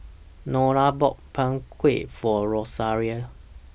Lona bought Png Kueh For Rosaria